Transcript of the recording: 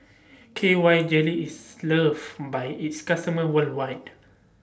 K Y Jelly IS loved By its customers worldwide